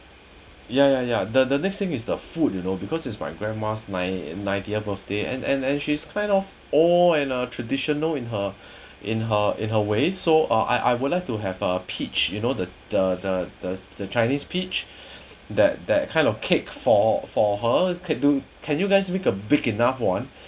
ya ya ya the the next thing is the food you know because it's my grandma's nine ninetieth birthday and and and she's kind of old and a traditional in her in her in her way so uh I I would like to have uh peach you know the the the the chinese peach that that kind of cake for for her can do can you guys make a big enough [one]